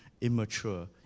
immature